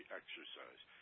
exercise